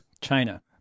China